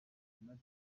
abafana